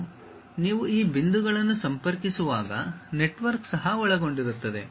ಮತ್ತು ನೀವು ಈ ಬಿಂದುಗಳನ್ನು ಸಂಪರ್ಕಿಸುವಾಗ ನೆಟ್ವರ್ಕ್ ಸಹ ಒಳಗೊಂಡಿರುತ್ತದೆ